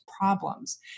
problems